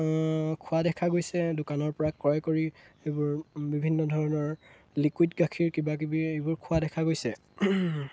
খোৱা দেখা গৈছে দোকানৰপৰা ক্ৰয় কৰি এইবোৰ বিভিন্ন ধৰণৰ লিকুইড গাখীৰ কিবাকিবি এইবোৰ খোৱা দেখা গৈছে